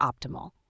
optimal